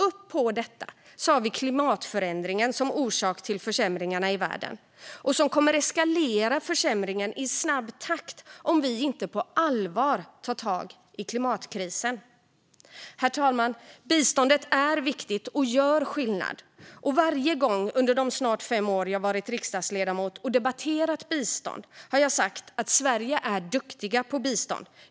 Ovanpå detta har vi klimatförändringar som orsakar försämringar i världen, och försämringarna kommer att eskalera i snabb takt om vi inte på allvar tar tag i klimatkrisen. Herr talman! Biståndet är viktigt och gör skillnad. Varje gång under de snart fem år jag varit riksdagsledamot och debatterat bistånd har jag sagt att Sverige är duktigt på bistånd.